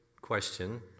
question